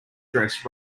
dress